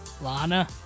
Lana